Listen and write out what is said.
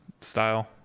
style